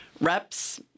Reps